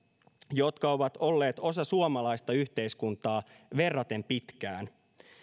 jotka ovat olleet osa suomalaista yhteiskuntaa verraten pitkään